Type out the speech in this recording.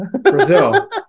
Brazil